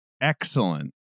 excellent